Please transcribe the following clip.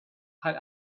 had